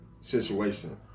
situation